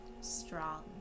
strong